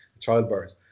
childbirth